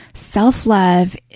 Self-love